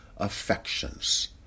affections